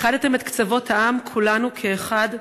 איחדתם את קצוות העם, כולנו כאחד.